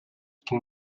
can